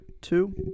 two